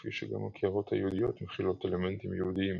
כפי שגם הקערות היהודיות מכילות אלמנטים יהודיים.